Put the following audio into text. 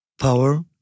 power